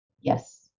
Yes